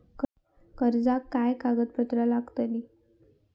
कर्जाक काय कागदपत्र लागतली?